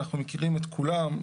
אנחנו מכירים את כולם,